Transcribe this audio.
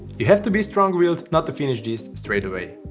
you'll have to be strong-willed not to finish this straight away.